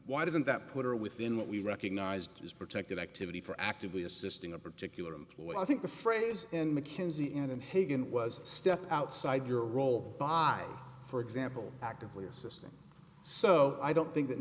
why didn't that put her within what we recognized as protected activity for actively assisting a particular employee i think the phrase and mckenzie and hagen was step outside your role by for example actively assisting so i don't think that